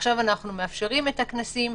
עכשיו אנחנו מאפשרים את הכנסים,